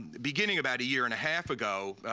beginning about a year and a half ago,